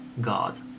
God